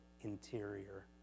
interior